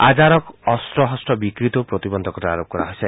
আজহাৰক অস্ত্ৰ শস্ত্ৰ বিক্ৰীতো প্ৰতিবন্ধকতা আৰোপ কৰা হৈছে